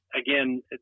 Again